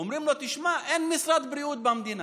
אומרים לו: תשמע, אין משרד בריאות במדינה,